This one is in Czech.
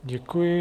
Děkuji.